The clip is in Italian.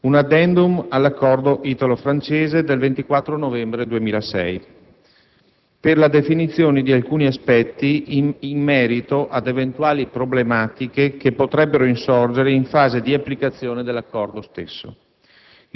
un *addendum* all'accordo italo-francese del 24 novembre 2006 per la definizione di alcuni aspetti, in merito ad eventuali problematiche che potrebbero insorgere in fase di applicazione dell'accordo stesso.